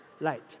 light